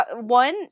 one